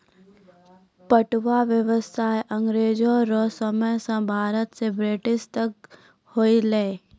पटुआ व्यसाय अँग्रेजो रो समय से भारत से ब्रिटेन तक होलै